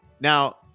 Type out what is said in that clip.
Now